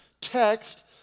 text